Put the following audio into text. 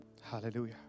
Hallelujah